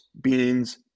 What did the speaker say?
beans